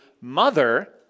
mother